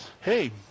Hey